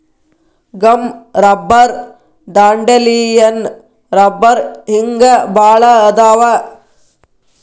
gum rubber dandelion ರಬ್ಬರ ಹಿಂಗ ಬಾಳ ಅದಾವ